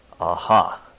aha